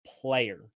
player